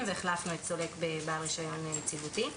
והחלפנו את סולק בבעל רישיון יציבותי.